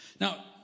Now